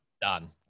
Done